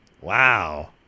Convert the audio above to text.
Wow